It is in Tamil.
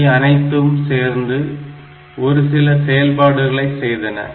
இவை அனைத்தும் சேர்ந்து ஒரு சில செயல்பாடுகளை செய்தன